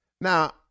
Now